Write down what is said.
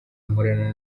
nkorana